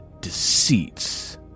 deceits